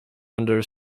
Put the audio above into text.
under